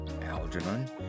Algernon